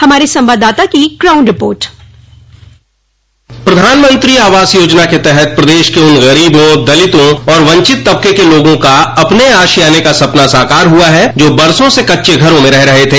हमारे संवाददाता की ग्राउंड रिपोर्ट प्रधानमंत्री आवास योजना के तहत प्रदेश के उन गरीबों दलितों और वंचित तबकों के लोगों का अपने आशियाने का सपना साकार हुआ है जो बरसों से कच्चे घरों में रह रहे थे